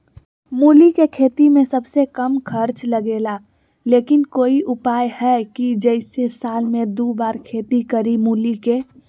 मूली के खेती में सबसे कम खर्च लगेला लेकिन कोई उपाय है कि जेसे साल में दो बार खेती करी मूली के?